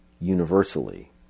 universally